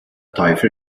teufel